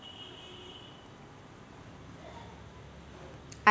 RTGS करासाठी cheque जरुरीचा हाय काय?